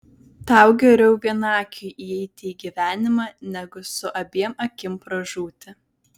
tau geriau vienakiui įeiti į gyvenimą negu su abiem akim pražūti